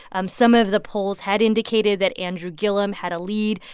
um some of the polls had indicated that andrew gillum had a lead,